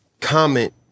comment